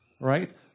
right